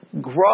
grow